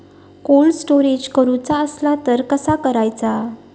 Cold storage करूचा असला तर कसा करायचा?